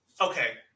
okay